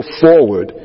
forward